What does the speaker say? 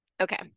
Okay